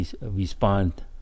respond